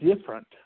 different